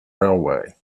railway